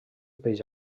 peix